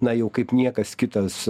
na jau kaip niekas kitas